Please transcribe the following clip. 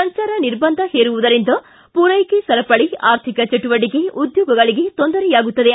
ಸಂಚಾರ ನಿರ್ಬಂಧ ಹೇರುವುದರಿಂದ ಪೂರ್ವೆಕೆ ಸರಪಳಿ ಆರ್ಥಿಕ ಚಟುವಟಿಕೆ ಉದ್ಯೋಗಗಳಿಗೆ ತೊಂದರೆಯಾಗುತ್ತದೆ